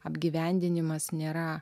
apgyvendinimas nėra